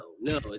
No